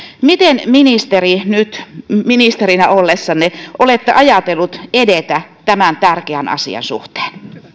miten nyt ministerinä ollessanne olette ajatellut edetä tämän tärkeän asian suhteen